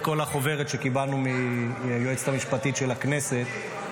כל החוברת שקיבלנו מהיועצת המשפטית של הכנסת,